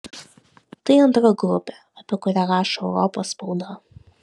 tai antra grupė apie kurią rašo europos spauda